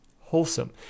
wholesome